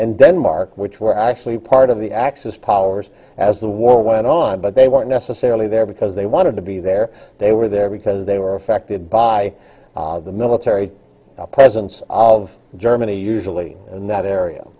and denmark which were actually part of the axis powers as the war went on but they weren't necessarily there because they wanted to be there they were there because they were affected by the military presence of germany usually in that area